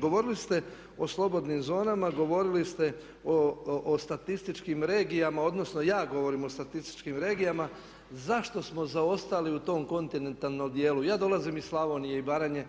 govorili ste o slobodnim zonama, govorili ste o statističkim regijama, odnosno ja govorim o statističkim regijama zašto smo zaostali u tom kontinentalnom dijelu? Ja dolazim iz Slavonije i Baranje,